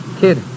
kid